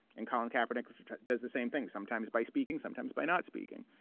and colin kaepernick does the same thing, sometimes by speaking, sometimes by not speaking.